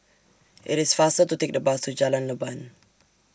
IT IS faster to Take The Bus to Jalan Leban